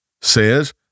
says